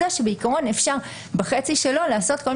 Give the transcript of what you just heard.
כל מיני צעדים אחרים שקיימים גם היום,